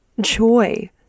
joy